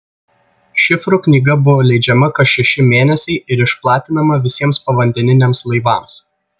šifrų knyga buvo leidžiama kas šeši mėnesiai ir išplatinama visiems povandeniniams laivams